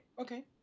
Okay